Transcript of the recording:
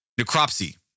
Necropsy